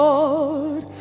Lord